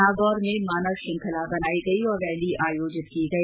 नागौर में मानव श्रृंखला बनाई गई और रैली आयोजित की गई